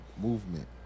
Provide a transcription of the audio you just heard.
movement